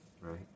right